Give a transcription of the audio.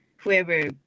whoever